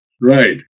Right